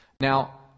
Now